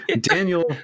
daniel